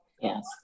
Yes